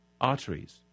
arteries